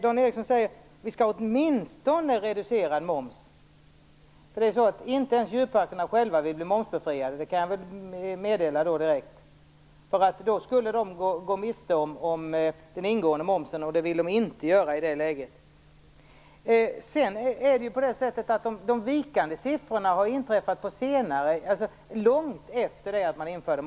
Dan Ericsson säger att det åtminstone skall vara reducerad moms. Men jag kan direkt meddela att man inte ens från djurparkernas egen sida vill bli momsbefriad, därför att man då skulle gå miste om den ingående momsen, vilket man inte vill göra. De vikande siffrorna har uppstått långt efter det att momsen infördes.